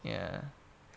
ya